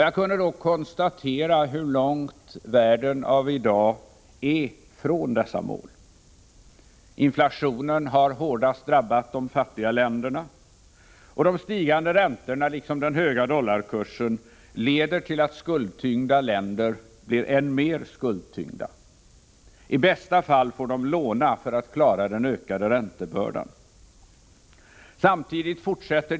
Jag kunde då konstatera hur långt världen av i dag är från dessa mål. Inflationen har hårdast drabbat de fattiga länderna, och de stigande räntorna liksom den höga dollarkursen leder till att skuldtyngda länder blir än mer skuldtyngda; i bästa fall får de låna för att klara den ökade räntebördan.